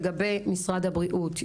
לגבי משרד הבריאות,